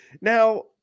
Now